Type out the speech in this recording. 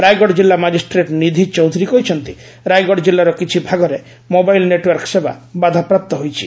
ରାୟଗଡ଼ ଜିଲ୍ଲା ମାଜିଷ୍ଟ୍ରେଟ୍ ନିଧି ଚୌଧୁରୀ କହିଛନ୍ତି ରାୟଗଡ଼ ଜିଲ୍ଲାର କିଛି ଭାଗରେ ମୋବାଇଲ୍ ନେଟ୍ୱର୍କ ସେବା ବାଧାପ୍ରାପ୍ତ ହୋଇଛି